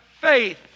faith